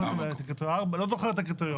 לא זוכר את הקריטריונים